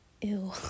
ew